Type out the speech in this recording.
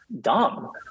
dumb